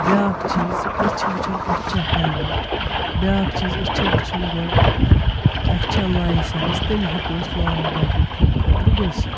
بیاکھ چیٖز أسۍ چھِ وٕچھَان اسہِ چَھا ہِیلمِٹ بیاکھ چیٖز أسۍ چھِ وٕچھُن گۄڈٕ اَسہِ چھا لایِسؠنٕس تِیٚلہِ ہؠکَو أسۍ لانٛگ بایِکِنٛگ ٹِرِپ خٲطرٕ گٔژھِتھ